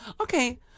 Okay